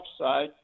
side